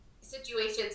situations